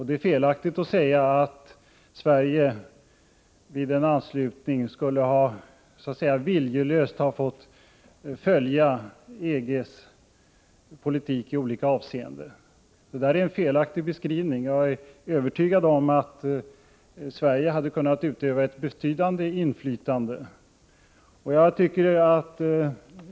Det är felaktigt att säga att Sverige vid en anslutning viljelöst skulle ha fått följa EG:s politik i olika avseenden. Jag är övertygad om att Sverige hade kunnat utöva ett betydande inflytande.